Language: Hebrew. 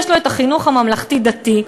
יש לו החינוך הממלכתי-דתי,